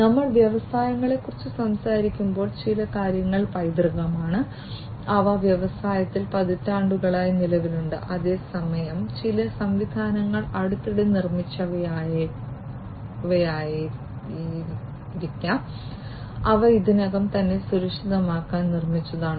നമ്മൾ വ്യവസായങ്ങളെക്കുറിച്ച് സംസാരിക്കുമ്പോൾ ചില കാര്യങ്ങൾ പൈതൃകമാണ് അവ വ്യവസായത്തിൽ പതിറ്റാണ്ടുകളായി നിലവിലുണ്ട് അതേസമയം ചില സംവിധാനങ്ങൾ അടുത്തിടെ നിർമ്മിച്ചവയായിരിക്കാം അവ ഇതിനകം തന്നെ സുരക്ഷിതമാക്കാൻ നിർമ്മിച്ചതാണ്